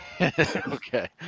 Okay